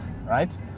right